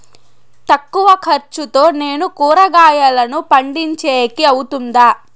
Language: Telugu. తక్కువ ఖర్చుతో నేను కూరగాయలను పండించేకి అవుతుందా?